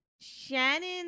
Shannon